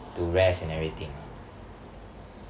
to rest and everything ah